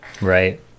Right